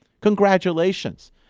Congratulations